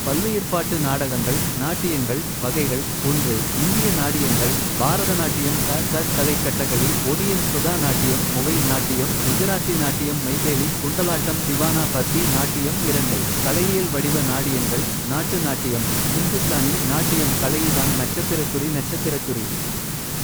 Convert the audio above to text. பாயசம் அதிரசம் லட்டு முறுக்கு ஜிலேபி. பசும்பால் பொங்கல் கோதுமை மைசூர் பாக. சர்க்கரை பாவ் பானி பூரி சீனிக் குலுக்கல். ரவா லட்டு மங்கள்பாய் தோசை சுவை ஐஸ்கிரீம் சாக்லெட். ஸ்ரீகண்ட் பத்திகா உருளைக்கிழங்கு பாரி.